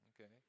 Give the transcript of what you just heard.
okay